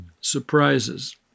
Surprises